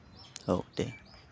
औ दे